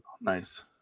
Nice